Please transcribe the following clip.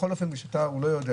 בכל אופן, מי ש ---, הוא לא יודע.